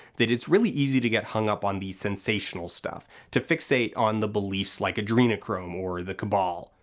that it's really easy to get hung up on the sensational stuff, to fixate on the beliefs like adrenochrome or the cabal.